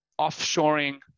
offshoring